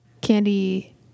candy